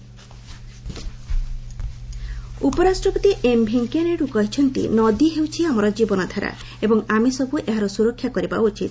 UP Naidu ଉପରାଷ୍ଟ୍ରପତି M Venkaiah Naidu କହିଛନ୍ତି ନଦୀ ହେଉଛି ଆମର ଜୀବନ ଧରା ଏବଂ ଆମେ ସବୁ ଏହାର ସୁରକ୍ଷା କରିବା ଉଚିତ୍